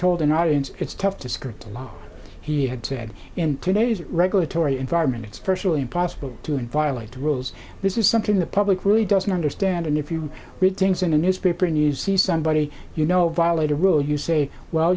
told an audience it's tough to scrutinize he had said in today's regulatory environment it's virtually impossible to inviolate rules this is something the public really doesn't understand and if you read things in a newspaper and you see somebody you know violate a rule you say well